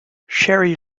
cherry